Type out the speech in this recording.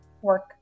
work